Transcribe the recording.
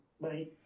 Bye